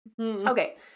Okay